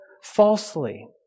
falsely